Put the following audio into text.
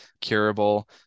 curable